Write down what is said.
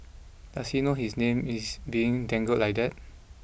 does he know his name is being dangled like that